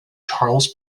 charles